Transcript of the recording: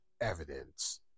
evidence